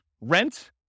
rent